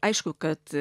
aišku kad